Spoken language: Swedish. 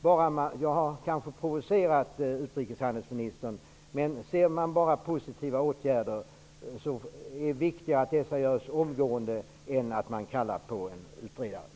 Jag har kanske provocerat utrikeshandelsministern, men det är viktigare att vidta positiva åtgärder omgående än att kalla på en utredare.